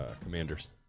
Commanders